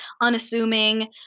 unassuming